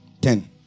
Ten